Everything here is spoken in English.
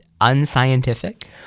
unscientific